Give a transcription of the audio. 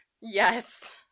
Yes